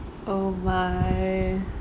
oh my